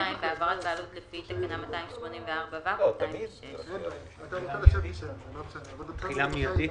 בהעברת בעלות לפי תקנה 284(ו)- 206". תחילה מיידית.